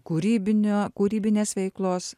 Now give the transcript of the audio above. kūrybinio kūrybinės veiklos